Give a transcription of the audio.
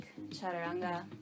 Chaturanga